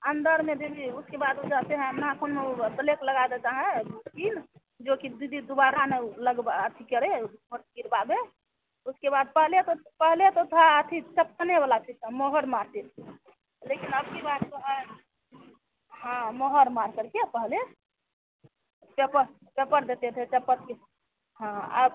अंदर में दीदी उसके बाद उ जाते हैं नाख़ून में ऊ ब्लेक लगा देता हैं ऊ जोकि दीदी दोबारा ना ऊ लगवा अथि करे वोट गिरवावे उसके बाद पहले तो पहले तो था अथि चिपकने वाला सिस्टम मोहर मारते थे लेकिन अबकी बार तो है हाँ मोहर मारकर के पहले चपर चपर देते थे चपर के हाँ अब